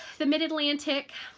the mid-atlantic